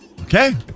Okay